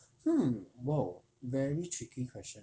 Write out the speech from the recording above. hmm !wow! very tricky question